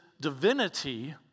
divinity